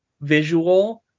visual